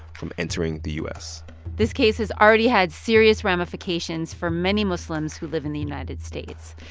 from entering the u s this case has already had serious ramifications for many muslims who live in the united states.